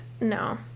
no